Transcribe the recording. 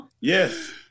Yes